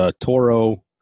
Toro